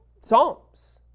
Psalms